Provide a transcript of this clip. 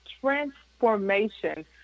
transformation